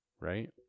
right